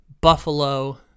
Buffalo